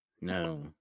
no